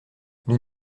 nous